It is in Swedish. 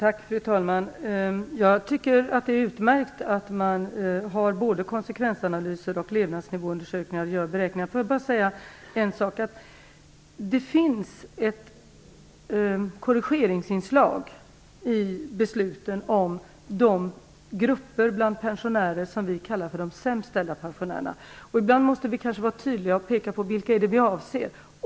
Fru talman! Jag tycker att det är utmärkt att man har både konsekvensanalyser och levnadsnivåundersökningar samt att man gör beräkningar. Får jag bara säga en sak. Det finns ett korrigeringsinslag i besluten om de grupper bland pensionärerna som vi kallar för de sämst ställda pensionärerna. Ibland måste vi kanske vara tydliga och peka på vilka vi avser.